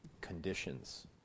conditions